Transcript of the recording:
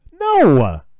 No